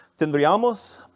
tendríamos